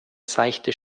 seichte